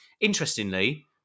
interestingly